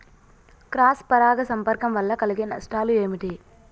Cross పరాగ సంపర్కం వల్ల కలిగే నష్టాలు ఏమిటి?